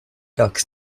ducks